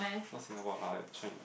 not Singapore lah like in China